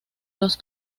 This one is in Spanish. los